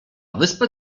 wyspę